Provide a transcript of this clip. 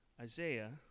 Isaiah